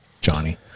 Johnny